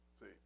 See